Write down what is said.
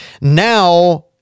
Now